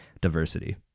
diversity